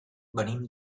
venim